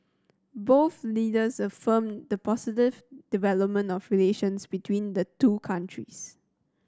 both leaders affirmed the positive development of relations between the two countries